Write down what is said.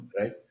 right